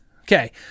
Okay